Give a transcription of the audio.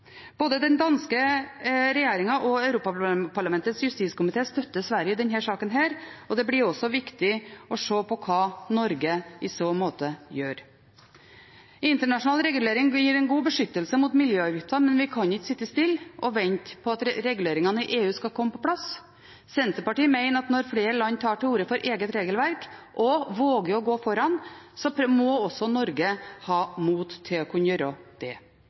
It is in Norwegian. Både den danske regjeringen og Europaparlamentets justiskomité støtter Sverige i denne saken, og det blir også viktig å se på hva Norge gjør i så måte. Internasjonal regulering gir en god beskyttelse mot miljøgifter, men vi kan ikke sitte stille og vente på at reguleringene i EU skal komme på plass. Senterpartiet mener at når flere land tar til orde for eget regelverk og våger å gå foran, må også Norge ha mot til å kunne gjøre det.